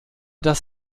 das